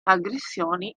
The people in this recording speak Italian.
aggressioni